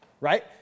Right